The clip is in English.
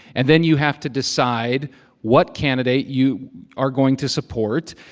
and then you have to decide what candidate you are going to support.